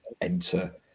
enter